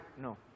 no